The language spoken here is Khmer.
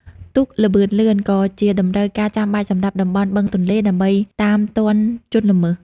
ទូកល្បឿនលឿនក៏ជាតម្រូវការចាំបាច់សម្រាប់តំបន់បឹងទន្លេ ដើម្បីតាមទាន់ជនល្មើស។